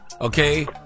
okay